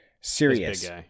Serious